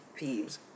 peeves